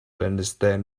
understand